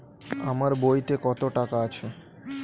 আমার বইতে কত টাকা আছে?